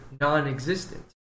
non-existent